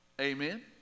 Amen